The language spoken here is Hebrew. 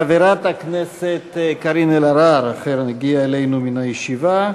חברת הכנסת קארין אלהרר אכן הגיעה אלינו מן הישיבה,